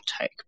take